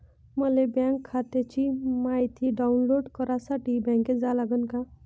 मले बँक खात्याची मायती डाऊनलोड करासाठी बँकेत जा लागन का?